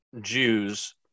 Jews